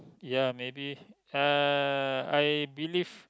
ya maybe uh I believe